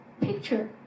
picture